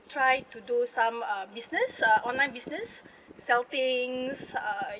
try to do some uh business uh online business sell things uh